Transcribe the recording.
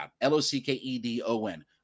L-O-C-K-E-D-O-N